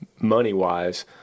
money-wise